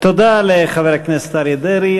תודה לחבר הכנסת אריה דרעי,